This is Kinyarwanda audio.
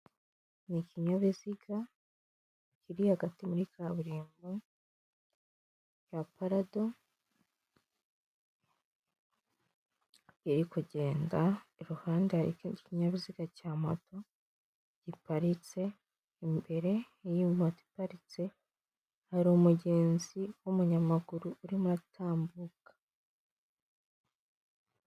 Ni ikinyabiziga kiri hagati muri kaburimbo, cya parado, iri kugenda iruhande hari ikindi ikinyabiziga cya moto giparitse, imbere y'iyo moto iparitse, hari umugenzi w'umunyamaguru urimo atambuka